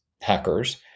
hackers